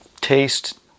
taste